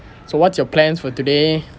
so what's your plans for today